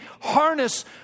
harness